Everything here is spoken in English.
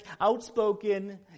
outspoken